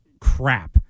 crap